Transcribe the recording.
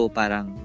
parang